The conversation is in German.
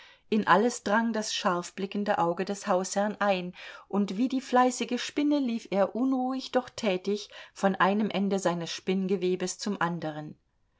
in alles drang das scharfblickende auge des hausherrn ein und wie die fleißige spinne lief er unruhig doch tätig von einem ende seines spinngewebes zum anderen